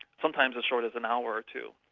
sometimes as short as an hour or two.